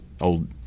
old